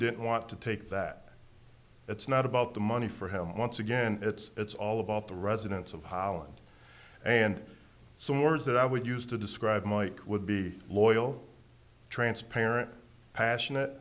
didn't want to take that it's not about the money for him once again it's all about the residents of holland and some words that i would use to describe mike would be loyal transparent passionate